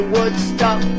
Woodstock